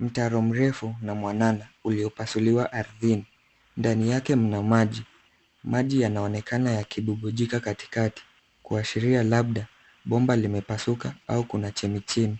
Mtaro mrefu na mwanana uliopasuliwa ardhini. Ndani yake mna maji. Maji yanaonekana yakibubujika katikati kuashiria labda bomba limepasuka au kuna chemichemi.